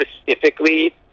specifically